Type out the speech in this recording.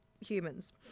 humans